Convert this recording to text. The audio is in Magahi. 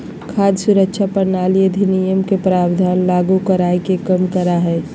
खाद्य सुरक्षा प्रणाली अधिनियम के प्रावधान लागू कराय के कम करा हइ